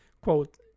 quote